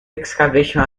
excavation